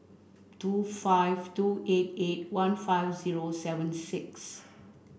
two five two eight eight one five zero seven six